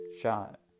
shot